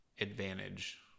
advantage